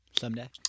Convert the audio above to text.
Someday